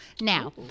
Now